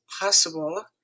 possible